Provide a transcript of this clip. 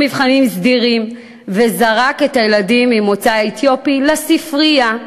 מבחנים סדירים וזרק את הילדים ממוצא אתיופי לספרייה.